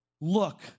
Look